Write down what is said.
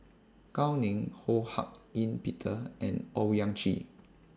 Gao Ning Ho Hak Ean Peter and Owyang Chi